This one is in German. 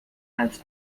als